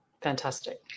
fantastic